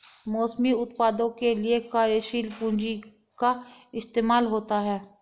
मौसमी उत्पादों के लिये कार्यशील पूंजी का इस्तेमाल होता है